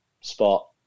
spot